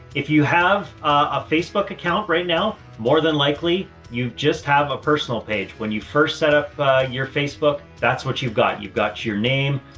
if you have a facebook account right now, more than likely you've just have a personal page. when you first set up your facebook, that's what you've got. you've got your name,